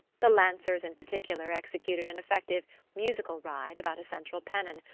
the lancers, in particular, executed an effective musical ride about a central pennon,